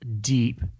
deep